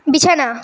বিছানা